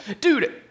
dude